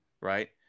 Right